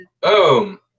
Boom